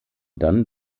dann